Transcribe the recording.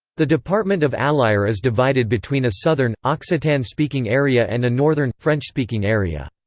the department of allier is divided between a southern, occitan-speaking area and a northern, french-speaking area.